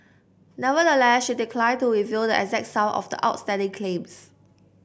nevertheless she declined to reveal the exact sum of the outstanding claims